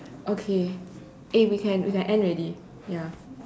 okay eh we can we can end already ya